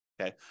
okay